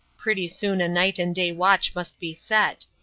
pretty soon a night-and-day watch must be set.